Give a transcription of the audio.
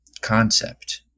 concept